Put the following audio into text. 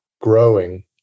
growing